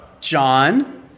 John